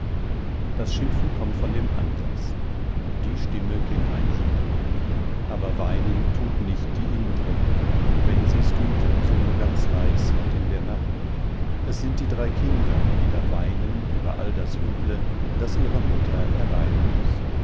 das schimpfen kommt von dem ansas die stimme kennt ein jeder aber weinen tut nicht die indre wenn sie's tut so nur ganz leis und in der nacht es sind die drei kinder die da weinen über all das üble das ihre mutter erleiden muß